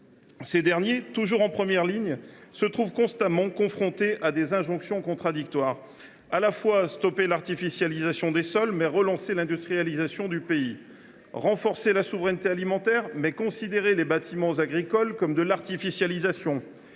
Ces derniers, toujours en première ligne, se heurtent constamment à des injonctions contradictoires : on leur demande de mettre fin à l’artificialisation des sols, mais de relancer l’industrialisation du pays ; de renforcer la souveraineté alimentaire, mais de considérer les bâtiments agricoles comme de l’artificialisation